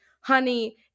honey